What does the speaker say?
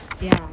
ya